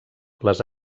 les